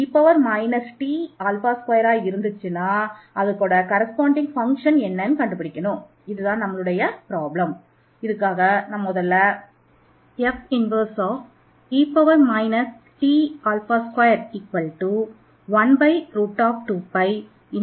இப்பொழுது இதைப் பார்க்கலாம்